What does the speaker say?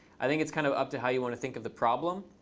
i think it's kind of up to how you want to think of the problem.